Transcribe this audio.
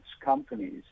companies